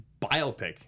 biopic